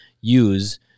use